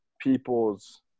people's